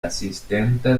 asistente